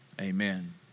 Amen